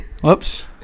Whoops